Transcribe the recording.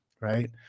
right